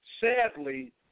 sadly